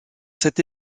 cette